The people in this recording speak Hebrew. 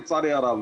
לצערי הרב.